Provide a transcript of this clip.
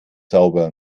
sauber